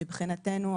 מבחינתנו,